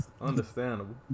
Understandable